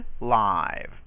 live